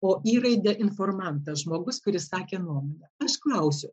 o į raidę informantas žmogus kuris sakė nuomonę aš klausiu